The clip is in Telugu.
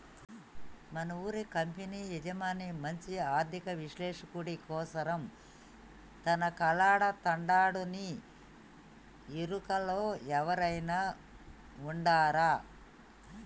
మనూరి కంపెనీ యజమాని మంచి ఆర్థిక విశ్లేషకుడి కోసరం తనకలాడతండాడునీ ఎరుకలో ఎవురైనా ఉండారా